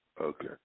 Okay